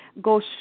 go